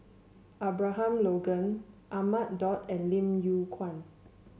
Abraham Logan Ahmad Daud and Lim Yew Kuan